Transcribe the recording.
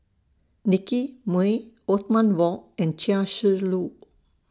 Nicky Moey Othman Wok and Chia Shi Lu